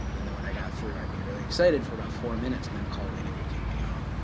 and then when i got through, i'd be really excited for about four minutes. and then call waiting would kick me off.